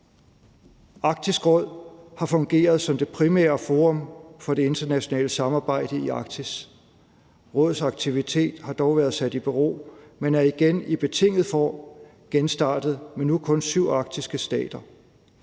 Arktisk Råd har fungeret som det primære forum for det internationale samarbejde i Arktis. Rådets aktivitet har dog været sat i bero, men er igen i betinget form genstartet med nu kun syv arktiske stater.